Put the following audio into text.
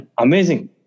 Amazing